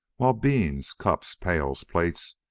while beans, cups, pails, plates,